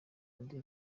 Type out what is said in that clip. melody